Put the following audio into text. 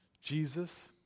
Jesus